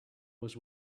was